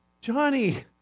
Johnny